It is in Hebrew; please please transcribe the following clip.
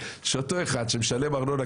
עוד מעט יגידו לי שזה ניגוד עניינים,